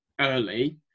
early